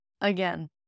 again